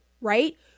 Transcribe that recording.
Right